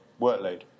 workload